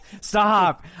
Stop